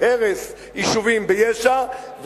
בהרס יישובים ביש"ע,